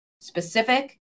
specific